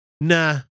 nah